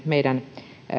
meidän